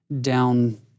down